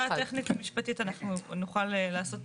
הטכנית המשפטית אנחנו נוכל לעשות.